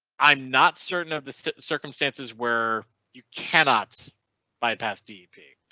i'm not certain of the circumstances where you cannot bypass dp.